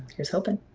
here's hoping.